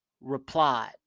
replied